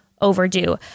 overdue